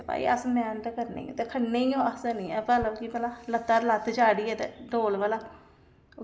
भई अस मैह्नत करने ई ते खन्ने इओ अस हैनी ऐ मतलब कि भला लत्ता पर लत्त चाढ़ियै दे तौल भला